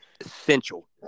essential